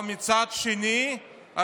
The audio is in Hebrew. אבל מצד שני,